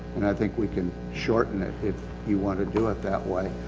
and i think we can shorten it if you want to do it that way.